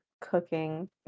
cooking